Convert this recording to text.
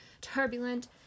turbulent